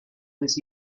was